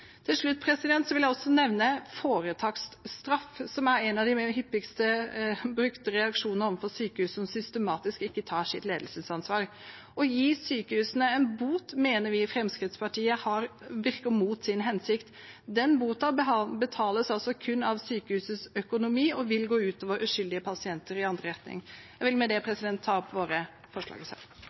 Til slutt vil jeg også nevne foretaksbot, som er en av de hyppigst brukte reaksjoner overfor sykehus som systematisk ikke tar sitt ledelsesansvar. Å gi sykehusene en bot mener vi i Fremskrittspartiet virker mot sin hensikt. Den boten betales kun via sykehusets økonomi, og vil gå ut over uskyldige pasienter i andre enden. Jeg vil med det ta opp